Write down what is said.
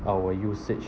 our usage